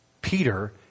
Peter